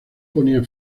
ponía